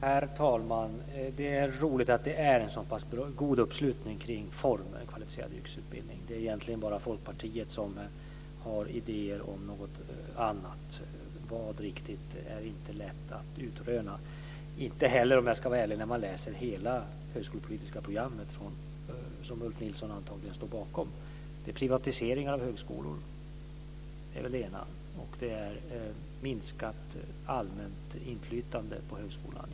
Herr talman! Det är roligt att det är en så pass god uppslutning kring formen kvalificerad yrkesutbildning. Det är egentligen bara Folkpartiet som har idéer om något annat. Vad är inte lätt att utröna. Om jag ska vara ärlig så är det inte det heller när man läser hela det högskolepolitiska programmet som Ulf Nilsson antagligen står bakom. Det handlar om privatiseringar av högskolor och om minskat allmänt inflytande på högskolan.